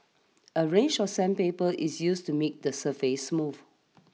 a range of sandpaper is used to make the surface smooth